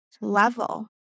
level